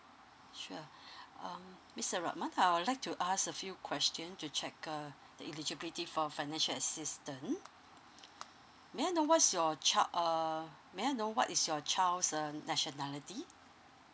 sure um mister rahman I would like to ask a few questions to check uh the eligibility for financial assistance may I know what's your child uh may I know what is your child's uh nationality